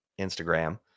Instagram